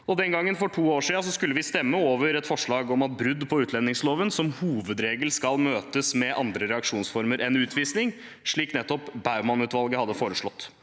Den gangen, for to år siden, skulle vi stemme over et forslag om at brudd på utlendingsloven som hovedregel skal møtes med andre reaksjonsformer enn utvisning, slik nettopp Baumann-utvalget hadde foreslått.